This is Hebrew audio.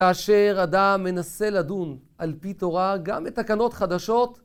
כאשר אדם מנסה לדון על פי תורה גם בתקנות חדשות